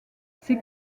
ses